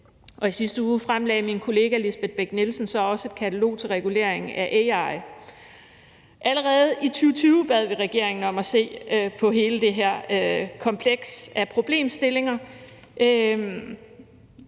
i sidste uge fremlagde min kollega Lisbeth Bech-Nielsen så også et katalog til regulering af AI. Allerede i 2020 bad vi regeringen om at se på hele det her kompleks af problemstillinger.